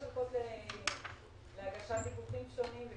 יש אורכות להגשת דיווחים שונים.